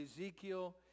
Ezekiel